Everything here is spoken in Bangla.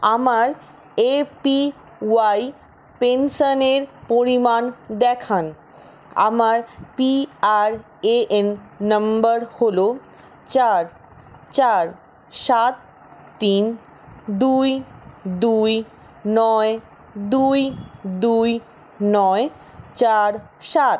আমার এপিওয়াই পেনশনের পরিমাণ দেখান আমার পিআরএএন নাম্বার হলো চার চার সাত তিন দুই দুই নয় দুই দুই নয় চার সাত